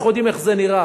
אנחנו יודעים איך זה נראה.